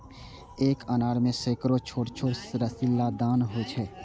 एक अनार मे सैकड़ो छोट छोट रसीला दाना होइ छै